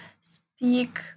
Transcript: speak